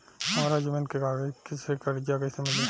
हमरा जमीन के कागज से कर्जा कैसे मिली?